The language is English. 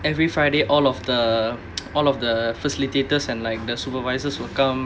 every friday all of the all of the facilitators and like the supervisors will come